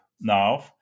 now